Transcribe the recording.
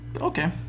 Okay